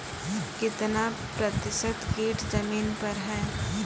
कितना प्रतिसत कीट जमीन पर हैं?